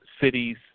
Cities